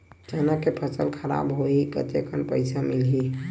चना के फसल खराब होही कतेकन पईसा मिलही?